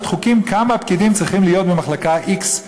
חוקים כמה פקידים צריכים להיות במחלקה x,